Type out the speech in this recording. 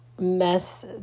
mess